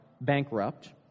bankrupt